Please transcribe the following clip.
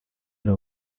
era